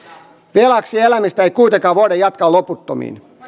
velaksi elämistä ei kuitenkaan voida jatkaa loputtomiin